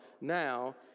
now